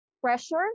pressure